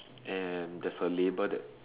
and there's a label that